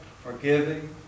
forgiving